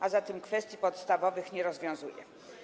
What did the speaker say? A zatem kwestii podstawowych ona nie rozwiązuje.